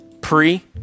pre